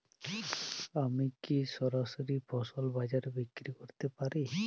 আমি কি সরাসরি ফসল বাজারে বিক্রি করতে পারি?